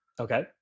Okay